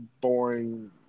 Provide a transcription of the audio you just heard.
boring